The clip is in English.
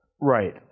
Right